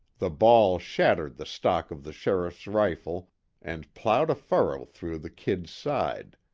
the ball shattered the stock of the sheriff's rifle and plowed a furrow through the kid's side,